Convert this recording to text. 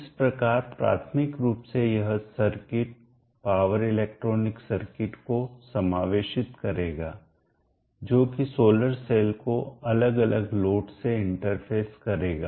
इस प्रकार प्राथमिक रूप से यह सर्किट पावर इलेक्ट्रॉनिक सर्किट को समावेशित करेगा जो कि सोलर सेल को अलग अलग लोड से इंटरफ़ेस करेगा